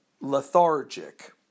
lethargic